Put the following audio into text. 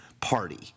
party